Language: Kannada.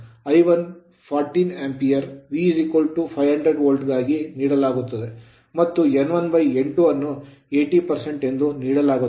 I1 ಅನ್ನು 40 Ampere ಆಂಪಿಯರ್ V 500 ವೋಲ್ಟ್ ಗಳಾಗಿ ನೀಡಲಾಗುತ್ತದೆ ಮತ್ತು n1n2 ಅನ್ನು 80 ಎಂದು ನೀಡಲಾಗುತ್ತದೆ